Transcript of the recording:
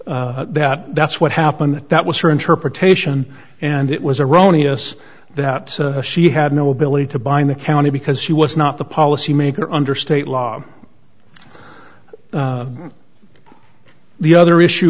that that's what happened that was her interpretation and it was erroneous that she had no ability to bind the county because she was not the policy maker under state law the other issue